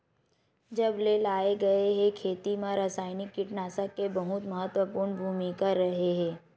जब से लाए गए हे, खेती मा रासायनिक कीटनाशक के बहुत महत्वपूर्ण भूमिका रहे हे